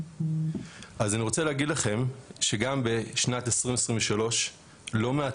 אז אני רוצה להגיד לכם שגם בשנת 2023 לא מעט